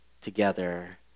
together